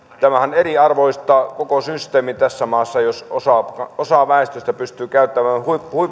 tämähän eriarvoistaa koko systeemin tässä maassa jos osa väestöstä pystyy käyttämään